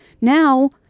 now